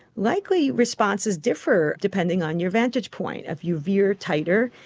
likely responses differ depending on your vantage point. if you veer tighter,